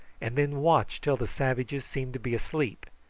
and then watch till the savages seemed to be asleep,